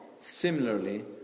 similarly